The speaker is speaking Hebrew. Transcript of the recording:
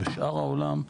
בשאר העולם,